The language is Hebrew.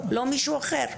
לא מישהו אחר.